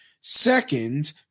Second